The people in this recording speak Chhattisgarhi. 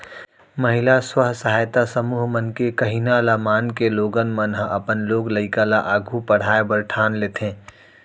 महिला स्व सहायता समूह मन के कहिना ल मानके लोगन मन ह अपन लोग लइका ल आघू पढ़ाय बर ठान लेथें